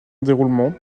déroulement